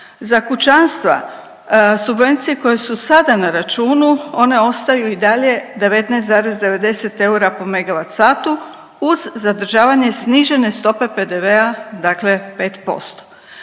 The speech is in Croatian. Za kućanstva subvencije koje su sada na računu, one ostaju i dalje 19,90 eura po MWh uz zadržavanje snižene stope PDV-a, dakle 5%.